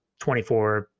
24